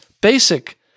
basic